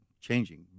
changing